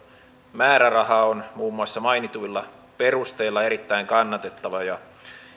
määräraha on muun muassa mainituilla perusteilla erittäin kannatettava ja